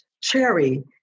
Cherry